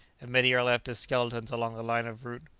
and many are left as skeletons along the line of route.